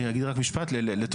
אני אגיד רק משפט לטובתך.